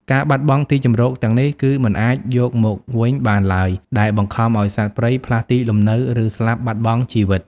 ការបាត់បង់ទីជម្រកទាំងនេះ គឺមិនអាចយកមកវិញបានឡើយ ដែលបង្ខំឱ្យសត្វព្រៃផ្លាស់ទីលំនៅ ឬស្លាប់បាត់បង់ជីវិត។